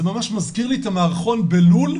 זה ממש מזכיר לי את המערכון בלול,